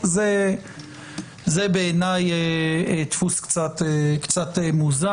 זה בעיניי דפוס קצת מוזר.